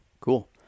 Cool